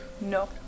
No